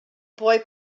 boy